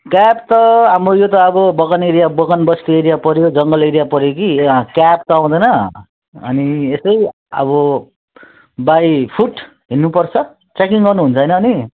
cab त हाम्रो यो त अब बगान एरिया बगान बस्ती एरिया पऱ्यो जङ्गल एरिया पऱ्यो कि यहाँ क्याब त आउँदैन अनि यस्तै अब बाई फुट हिँड्नुपर्छ ट्रेकिङ गर्नुहुन्छ होइन अनि